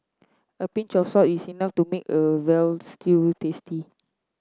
a pinch of salt is enough to make a veal stew tasty